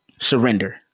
Surrender